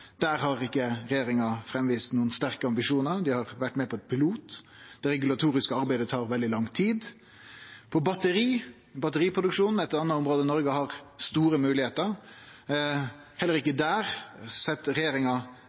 Der har ikkje regjeringa vist fram nokon sterke ambisjonar. Dei har vore med på ein pilot. Det regulatoriske arbeidet tar veldig lang tid. Batteriproduksjon er eit anna område der Noreg har store moglegheiter, men heller ikkje der set regjeringa